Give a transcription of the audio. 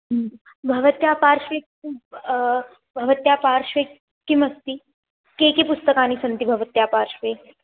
भवत्याः पार्श्वे किं भवत्याः पार्श्वे किमस्ति के के पुस्तकानि सन्ति भवत्याः पार्श्वे